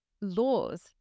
laws